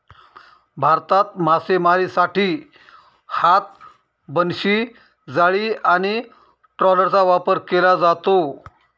भारतात मासेमारीसाठी हात, बनशी, जाळी आणि ट्रॉलरचा वापर केला जातो